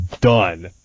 done